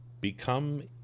Become